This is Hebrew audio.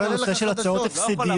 כל הנושא של הצעות הפסדיות.